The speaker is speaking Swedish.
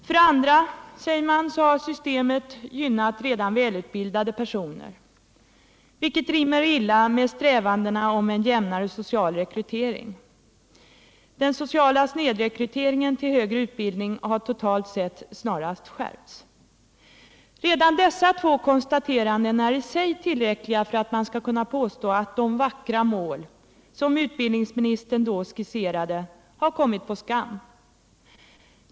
För det andra, säger man, har systemet gynnat redan välutbildade personer, vilket rimmar illa med strävandena efter en jämnare social rekrytering. Den sociala snedrekryteringen till högre utbildning har totalt sett snarast skärpts. Redan dessa två konstateranden är i sig tillräckliga för att man skall kunna påstå, att de vackra mål som utbildningsministern skisserade har kommit på skam.